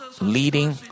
leading